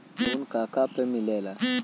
Loan का का पे मिलेला?